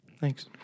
Thanks